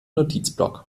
notizblock